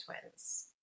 twins